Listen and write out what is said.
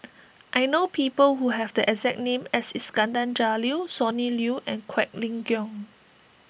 I know people who have the exact name as Iskandar Jalil Sonny Liew and Quek Ling Kiong